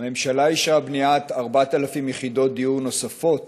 הממשלה אישרה בניית 4,000 יחידות דיור נוספות